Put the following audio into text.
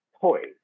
toys